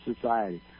society